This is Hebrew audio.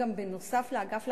בנוסף לאגף להסדרה,